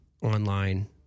online